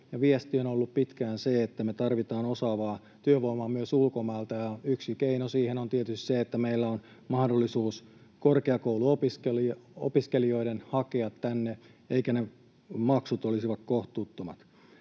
viesti on ollut pitkään se, että me tarvitaan osaavaa työvoimaa myös ulkomailta, ja yksi keino siihen on tietysti se, että meillä on mahdollisuus korkeakouluopiskelijoiden hakea tänne eivätkä maksut olisi kohtuuttomat.